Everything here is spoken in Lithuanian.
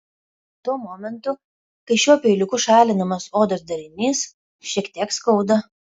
tuo momentu kai šiuo peiliuku šalinamas odos darinys šiek tiek skauda